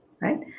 right